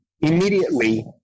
immediately